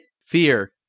Fear